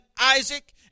Isaac